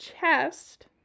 chest